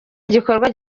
igikorwa